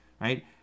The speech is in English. right